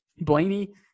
Blaney